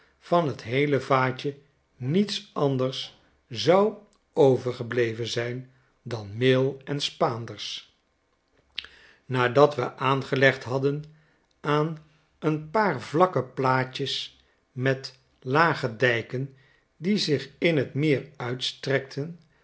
van t heele vaatje niets anders zou overgebleven zijn dan meel en spaanders nadat we aangelegd hadden aan een paar vlakke plaatjes met lage dijken die zich in t meer uitstrekten